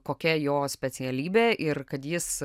kokia jo specialybė ir kad jis